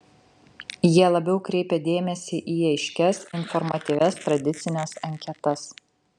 jie labiau kreipia dėmesį į aiškias informatyvias tradicines anketas